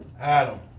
Adam